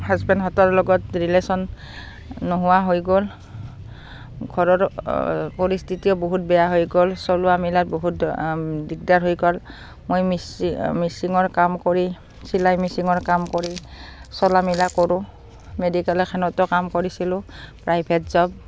হাজবেণ্ডহঁতৰ লগত ৰিলেশ্যন নোহোৱা হৈ গ'ল ঘৰৰ পৰিস্থিতিও বহুত বেয়া হৈ গ'ল চলোৱা মিলাত বহুত দিগদাৰ হৈ গ'ল মই মিচিন মিচিঙৰ কাম কৰি চিলাই মিচিঙৰ কাম কৰি চলা মিলা কৰোঁ মেডিকেল এখনতো কাম কৰিছিলোঁ প্ৰাইভেট জব